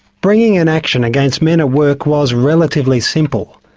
bringing an action against men at work was relatively simple.